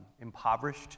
impoverished